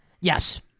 Yes